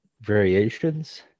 variations